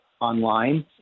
online